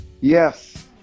yes